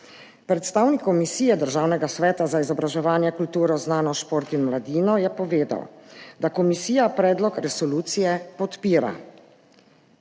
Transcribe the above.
Predstavnik Komisije Državnega sveta za izobraževanje, kulturo, znanost, šport in mladino je povedal, da komisija predlog resolucije podpira.